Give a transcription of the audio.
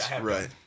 right